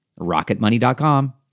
rocketmoney.com